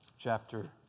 Chapter